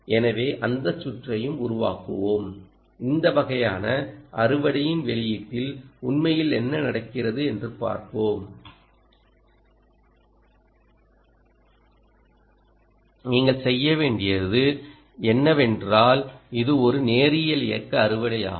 எனவே அந்த சுற்றையும் உருவாக்குவோம் இந்த வகையான அறுவடையின் வெளியீட்டில் உண்மையில் என்ன நடக்கிறது என்று பார்ப்போம் நீங்கள் செய்ய வேண்டியது என்னவென்றால் இது ஒரு நேரியல் இயக்க அறுவடை ஆகும்